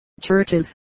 churches